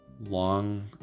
long